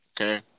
Okay